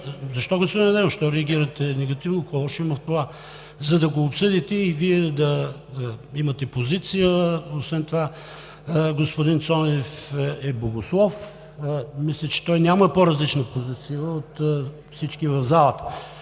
Защо, господин Адемов, реагирате негативно? Какво лошо има в това? Да го обсъдите и Вие, да имате позиция. Освен това господин Цонев е богослов и мисля, че той няма по-различна позиция от всички в залата.